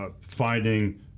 finding